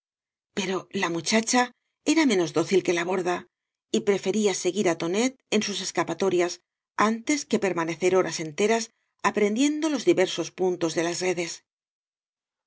pero la muchacha era menos dócil que la borda y prefería seguir á tooeí en sus escapatorias antes que permanecer horas enteras aprendiendo los diversos puntos de las redes